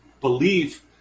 believe